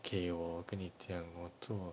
K 我跟你讲我做